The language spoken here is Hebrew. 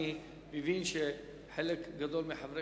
אני מבין שחלק גדול מחברי